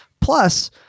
plus